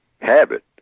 Habit